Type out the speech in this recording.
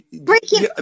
breaking